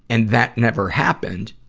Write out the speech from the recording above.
and that never happened,